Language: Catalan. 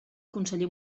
conseller